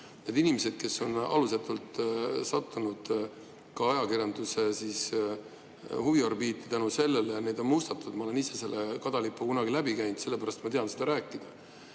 Inimesed on alusetult sattunud ka ajakirjanduse huviorbiiti tänu sellele ja neid on mustatud. Ma olen ise selle kadalipu kunagi läbi käinud, sellepärast ma tean sellest rääkida.